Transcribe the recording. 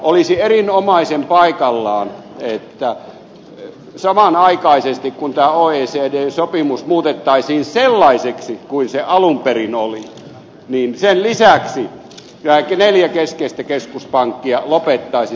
olisi erinomaisen paikallaan että samanaikaisesti kun oecdn sopimus muutettaisiin sellaiseksi kuin se alun perin oli nämä neljä keskeistä keskuspankkia lopettaisivat setelirahoituksen ensi tilassa